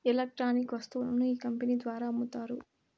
electronic వస్తువులను ఈ company ద్వారా అమ్ముతారు